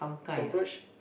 cockroach